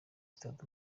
stade